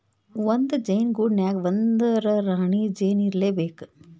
ಒಂದ ಜೇನ ಗೂಡಿನ್ಯಾಗ ಒಂದರ ರಾಣಿ ಜೇನ ಇರಲೇಬೇಕ